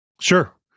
Sure